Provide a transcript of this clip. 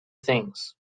things